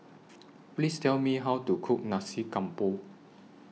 Please Tell Me How to Cook Nasi Campur